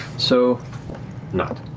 so nott,